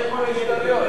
כל ילד יודע,